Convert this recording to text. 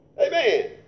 Amen